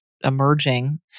emerging